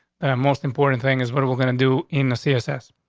most important thing is what we're gonna do in the css.